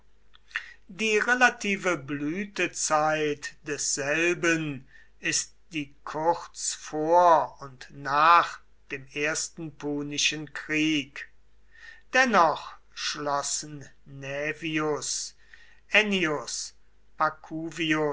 die relative blütezeit desselben ist die zeit kurz vor und nach dem ersten punischen krieg dennoch schlossen naevius